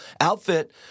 outfit